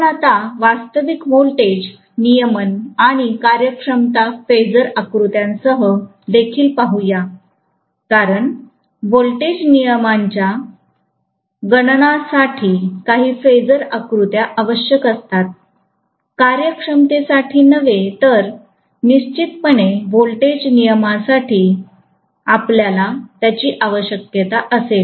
आपण आता वास्तविक व्होल्टेज नियमन आणि कार्यक्षमता फेजर आकृत्यासह देखील पाहू या कारण व्होल्टेज नियमनाच्या गणनासाठी काही फेजर आकृत्या आवश्यक असतात कार्यक्षमतेसाठी नव्हे तर निश्चितपणे व्होल्टेज नियमनासाठी आपल्याला त्याची आवश्यकता असेल